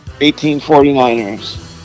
1849ers